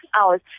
hours